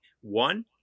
One